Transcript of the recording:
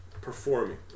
performing